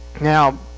Now